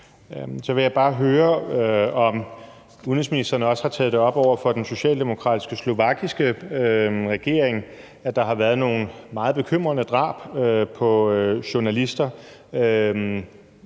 Så vil jeg bare høre, om udenrigsministeren også har taget det op over for den socialdemokratiske slovakiske regering, at der har været nogle meget bekymrende drab på journalister,